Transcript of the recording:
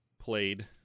played